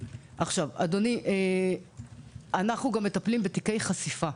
אדוני, אנחנו גם מטפלים בתיקי חשיפה.